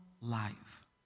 life